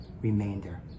remainder